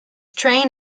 train